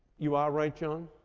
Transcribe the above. you are right, jon.